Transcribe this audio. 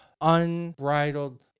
unbridled